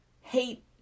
Hate